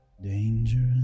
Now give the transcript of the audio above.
Dangerous